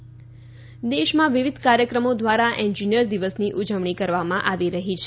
engineers દિવસ દેશમાં વિવિધ કાર્યક્રમો દ્વારા એન્જિનિયર દિવસની ઉજવણી કરવામાં આવી રહી છે